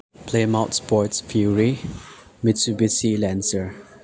play mouth sports fury Mitsubishi lancer